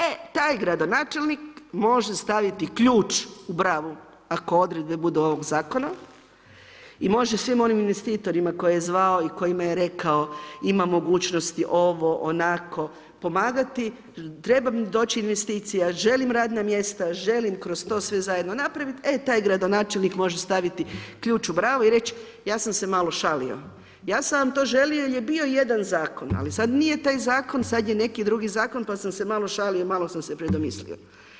E taj gradonačelnik može staviti ključ u bravu ako odredbe … ovog zakona i može svim onim investitorima koje je zvao i kojima je rekao ima mogućnosti ovo, onako pomagati, treba doći investicija, želim radna mjesta, želim kroz to sve zajedno napraviti, e taj gradonačelnik može staviti ključ u bravu i reći ja sam se malo šalio, ja sam vam to želio jer je bio jedan zakon ali sada nije taj zakon, sada je neki drugi zakon pa sam se malo šalio i malo sam se predomislio.